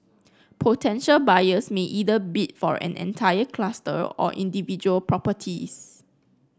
potential buyers may either bid for an entire cluster or individual properties